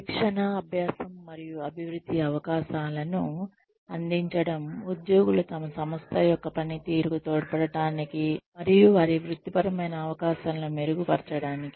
శిక్షణ అభ్యాసం మరియు అభివృద్ధి అవకాశాలను అందించడం ఉద్యోగులు తమ సంస్థ యొక్క పనితీరుకు తోడ్పడటానికి మరియు వారి వృత్తిపరమైన అవకాశాలను మెరుగుపరచడానికి